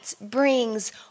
brings